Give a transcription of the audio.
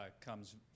comes